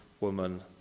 woman